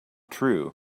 true